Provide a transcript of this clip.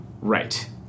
Right